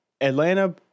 Atlanta